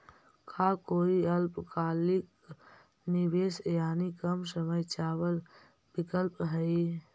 का कोई अल्पकालिक निवेश यानी कम समय चावल विकल्प हई?